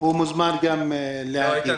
הוא מוזמן גם להגיד.